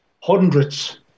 Hundreds